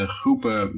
groepen